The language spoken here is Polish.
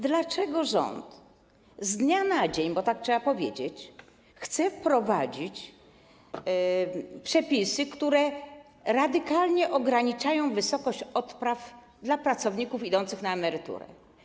Dlaczego rząd z dnia na dzień, bo tak trzeba powiedzieć, chce wprowadzić przepisy, które radykalnie ograniczają wysokość odpraw dla pracowników idących na emeryturę?